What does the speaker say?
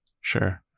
Sure